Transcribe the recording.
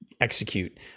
execute